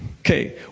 Okay